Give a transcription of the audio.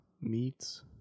Meats